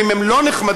ואם הם לא נחמדים,